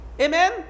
amen